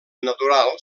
natural